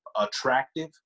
attractive